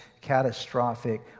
catastrophic